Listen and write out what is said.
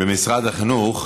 במשרד החינוך